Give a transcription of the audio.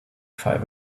five